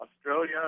Australia